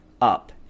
up